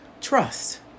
trust